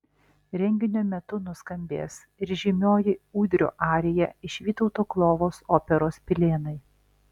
renginio metu nuskambės ir žymioji ūdrio arija iš vytauto klovos operos pilėnai